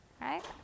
right